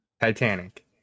Titanic